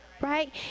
right